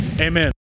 amen